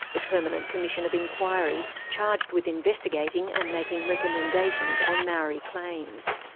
the permanent commission of inquiry charged with investigating and making recommendations on maori claims.